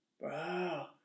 wow